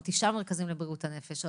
עוד תשעה מרכזים לבריאות הנפש,